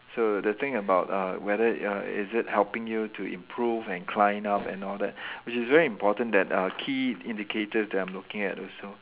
so the thing about uh whether uh is it helping you to improve and climb up and all that which is very important that uh key indicators that I'm looking at also